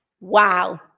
Wow